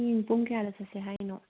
ꯍꯌꯦꯡ ꯄꯨꯡ ꯀꯌꯥꯗ ꯆꯠꯁꯦ ꯍꯥꯏꯅꯣ